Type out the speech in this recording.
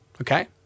Okay